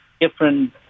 different